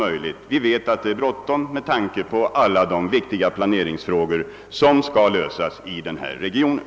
Vi är medvetna om att det brådskar med hänsyn till alla viktiga planeringsfrågor som måste lösas i regionen.